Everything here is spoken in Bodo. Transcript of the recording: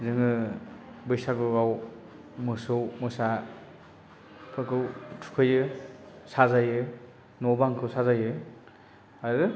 जोङो बैसागुआव मोसौ मोसा फोरखौ थुखैयो साजायो न' बांखौ साजायो आरो